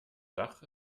dach